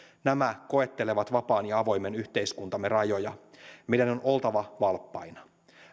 nämä koettelevat vapaan ja avoimen yhteiskuntamme rajoja meidän on oltava valppaina